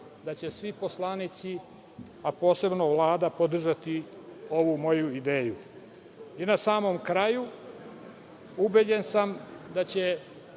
da će svi poslanici, a posebno Vlada podržati ovu moju ideju. Na samom kraju, ubeđen sam da će